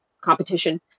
competition